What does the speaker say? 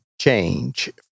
change